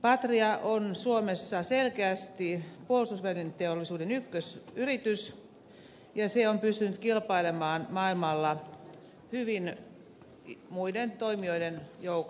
patria on suomessa selkeästi puolustusvälineteollisuuden ykkösyritys ja se on pystynyt kilpailemaan maailmalla hyvin muiden toimijoiden joukossa